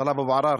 טלב אבו עראר,